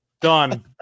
Done